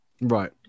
right